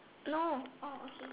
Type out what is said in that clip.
no okay